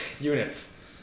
units